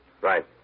Right